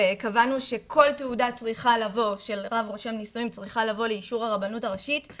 קבענו שכל תעודה של רב רושם נישואים צריכה לבוא לאישור הרבנות הראשית,